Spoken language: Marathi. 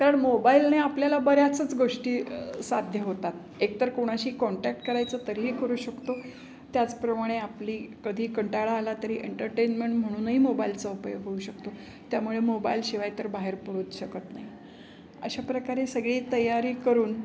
कारण मोबाईलने आपल्याला बऱ्याचच गोष्टी साध्य होतात एकतर कोणाशी कॉन्टॅक्ट करायचं तरीही करू शकतो त्याचप्रमाणे आपली कधी कंटाळा आला तरी एंटरटेनमेंट म्हणूनही मोबाईलचा उपयोग होऊ शकतो त्यामुळे मोबाईलशिवाय तर बाहेर पोहोचू शकत नाही अशा प्रकारे सगळी तयारी करून